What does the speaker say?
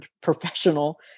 professional